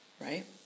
right